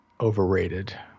overrated